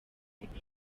house